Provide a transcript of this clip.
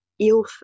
Ilf